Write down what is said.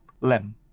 Lem